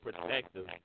protective